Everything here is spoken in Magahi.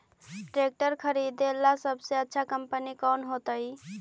ट्रैक्टर खरीदेला सबसे अच्छा कंपनी कौन होतई?